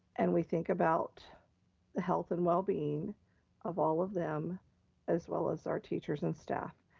and we think about the health and well-being of all of them as well as our teachers and staff.